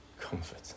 Comfort